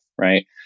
right